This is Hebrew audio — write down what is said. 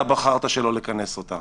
אתה בחרת שלא לכנס אותה.